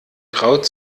traut